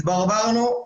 התברברנו.